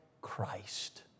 Christ